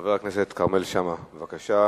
חבר הכנסת כרמל שאמה, בבקשה.